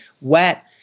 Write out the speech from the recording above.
wet